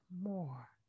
more